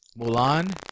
Mulan